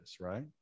right